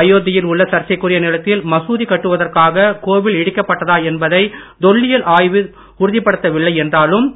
அயோத்தியில் உள்ள சர்ச்சைக்குரிய நிலத்தில் மசூதி கட்டுவதற்காக் கோவில் இடிக்கப்பட்டதா என்பதை தொல்லியல் ஆய்வுத்துறை உறுதிப்படுத்த வில்லை என்றாலும்